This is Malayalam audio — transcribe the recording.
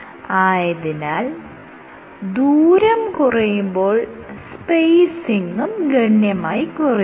ആയതിനാൽ ദൂരം കുറയുമ്പോൾ സ്പേസിങും ഗണ്യമായി കുറയുന്നു